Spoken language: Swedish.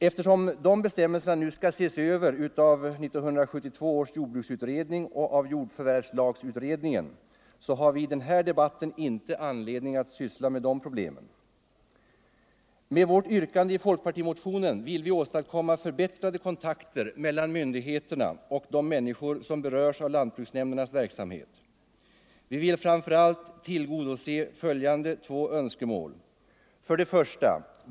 Eftersom dessa bestämmelser nu skall ses över av 1972 års jordbruksutredning och av jordförvärvslagsutredningen, har vi i denna debatt inte anledning att syssla med problemen. Med vårt yrkande i folkpartimotionen vill vi åstadkomma förbättrade kontakter mellan myndigheterna och de människor som berörs av lantbruksnämndernas verksamhet. Vi vill framför allt tillgodose följande två önskemål. 1.